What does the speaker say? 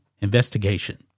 investigation